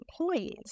employees